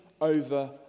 over